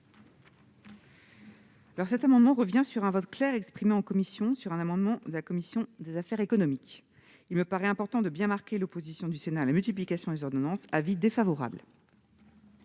? Cet amendement tend à revenir sur un vote clair exprimé en commission sur un amendement de la commission des affaires économiques. Il me paraît important de bien marquer l'opposition du Sénat à la multiplication des ordonnances. L'avis est donc défavorable.